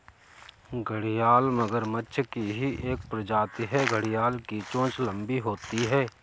घड़ियाल मगरमच्छ की ही एक प्रजाति है घड़ियाल की चोंच लंबी होती है